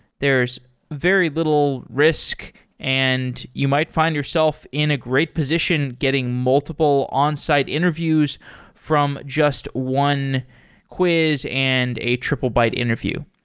there's very little risk and you might find yourself in a great position getting multiple onsite interviews from just one quiz and a triplebyte interview.